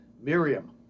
miriam